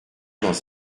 dans